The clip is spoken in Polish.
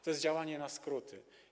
To jest działanie na skróty.